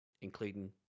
Including